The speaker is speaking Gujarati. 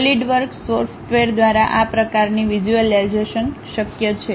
સોલિડવર્ક્સ સોફ્ટવેર દ્વારા આ પ્રકારની વિઝ્યુલાઇઝેશન શક્ય છે